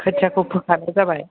खोथियाखौ फोखानाय जाबाय